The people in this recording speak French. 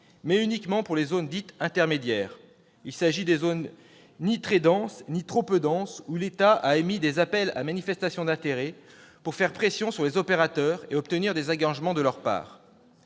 mais uniquement pour les zones dites « intermédiaires ». Il s'agit des zones ni très denses ni trop peu denses, où l'État a émis des appels à manifestation d'intérêt pour faire pression sur les opérateurs et obtenir des engagements de leur part.